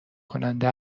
کننده